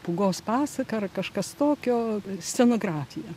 pūgos pasaką ar kažkas tokio scenografiją